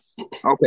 okay